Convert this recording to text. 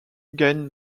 gagne